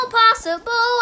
possible